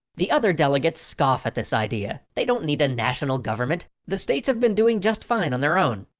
the other delegates scoff at this idea. they don't need a national government. the states have been doing just fine on their own.